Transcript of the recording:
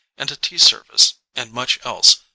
and a tea service, and much else,